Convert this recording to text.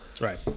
Right